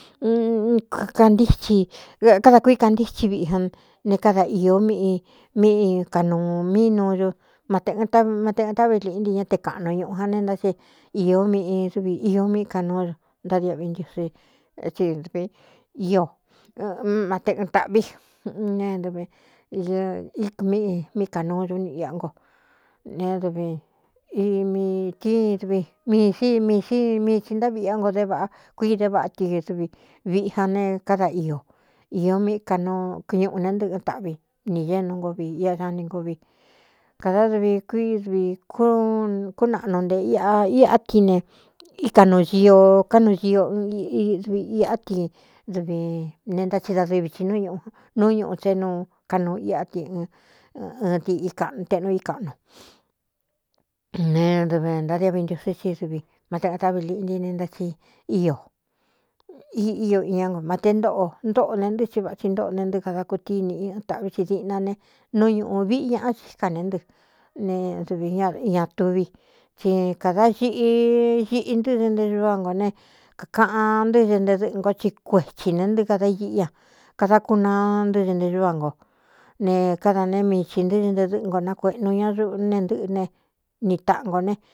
Ikádā kuí kantíthi viꞌi an ne káda īó miꞌi míꞌ kaꞌnūu mí nuuñu memate ɨn táꞌvi liꞌnti ñá te kaꞌnu ñuꞌu jan ne ntá tsi īó mꞌi v iō míꞌ kanuú u ntádiaꞌvi ntiusítsi dv íomteɨn tāꞌví nedvɨi míꞌi mí kāꞌnuu ñun ia ngo ne dvtmiī sí miī sí mii tsi ntáꞌviꞌi á ngo dé vāꞌa kuiide vaꞌa ti dɨvi viꞌi jan ne káda io īō mꞌ kñuꞌu ne ntɨɨꞌɨn taꞌvi ni ñé nú ngo vi ia sani ngo vi kādá dɨvi kuídvi kúnaꞌnu nte iꞌá ti ne íkanuu zio kánuu sio n dvi iꞌá ti dvi ne ntá tsi dadɨvi tī núñꞌu nú ñuꞌu tse nu kanuu iꞌá ti iꞌteꞌnuu i kaꞌnu nedv ntadiaꞌvi ntusí tsíí dɨvi mate ɨɨn táꞌvi liꞌnti ne ntá tsi ío i ío iñá nko mate ntóꞌo ntōꞌo ne ntɨ́ tsí vatsi ntóꞌo ne ntɨ kada kutíniꞌn tāꞌví tsi diꞌna ne nú ñūꞌu viꞌi ñaꞌa íka ne ntɨ ne dɨvi ñña tuvi tsi kādā ñiꞌi ñiꞌi ntɨ́ dɨ nte ñúva ngō ne kākaꞌan ntɨ́ ñɨ nte dɨ́ꞌɨ ngo ti kuethsī ne ntɨɨ kada iꞌí ña kada kunaa ntɨ́ñɨ nte ñúva ngo ne káda ne mii tsi ntɨ́ɨ nte dɨ́ꞌɨ ngo nakueꞌnu ñá uꞌ nee ntɨꞌɨ ne ni tāꞌan nkō ne.